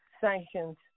sanctions